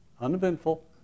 uneventful